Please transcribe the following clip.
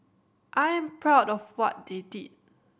I am proud of what they did